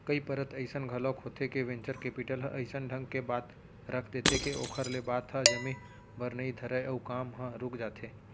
कई परत अइसन घलोक होथे के वेंचर कैपिटल ह अइसन ढंग के बात रख देथे के ओखर ले बात ह जमे बर नइ धरय अउ काम ह रुक जाथे